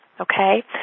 okay